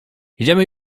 idziemy